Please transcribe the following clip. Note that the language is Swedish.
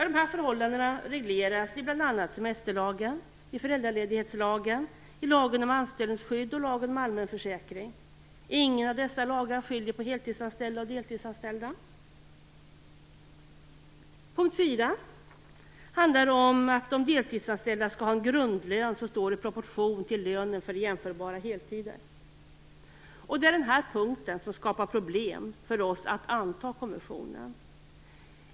Dessa förhållanden regleras i bl.a. semesterlagen, föräldraledighetslagen, lagen om anställningsskydd och lagen om allmän försäkring. Ingen av dessa lagar skiljer på heltidsanställda och deltidsanställda. 4. Deltidsanställda skall ha en grundlön som står i proportion till lönen för den jämförbara heltiden. Det är den här punkten som skapar problem för oss att anta konventionen.